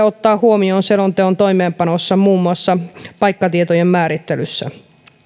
ottaa huomioon selonteon toimeenpanossa muun muassa paikkatietojen määrittelyssä